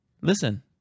listen